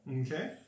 Okay